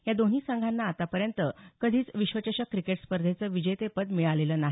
या दोन्ही संघाना आतापर्यंत कधीच विश्वचषक क्रिकेट स्पर्धेचं विजेतेपद मिळालेलं नाही